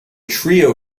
trio